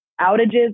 outages